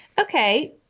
Okay